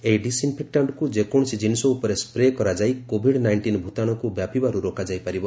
ଏହି ଡିସ୍ଇନ୍ଫେକ୍ଟାଷ୍ଟକୁ ଯେକୌଣସି ଜିନିଷ ଉପରେ ସ୍କ୍ରେ କରାଯାଇ କୋଭିଡ୍ ନାଇଷ୍ଟିନ୍ ଭୂତାଣୁକୁ ବ୍ୟାପିବାରୁ ରୋକାଯାଇ ପାରିବ